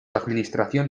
administración